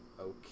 Okay